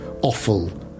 awful